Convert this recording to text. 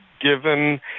given